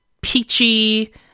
peachy